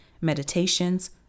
meditations